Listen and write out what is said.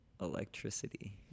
electricity